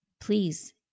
please